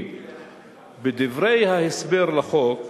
כי בדברי ההסבר לחוק,